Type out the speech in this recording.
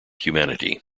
humanity